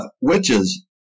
witches